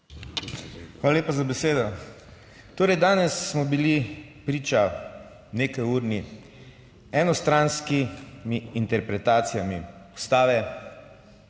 Hvala lepa za besedo. Torej danes smo bili priča nekajurni enostranski interpretacijami Ustave,